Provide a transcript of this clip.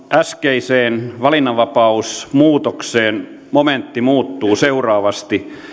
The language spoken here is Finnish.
äskeisen valinnanvapausmuutoksen momentti muuttuu seuraavasti määrärahaa saa käyttää yksi